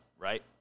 right